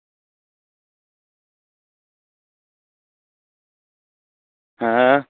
आं